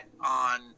on